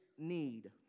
need